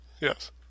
yes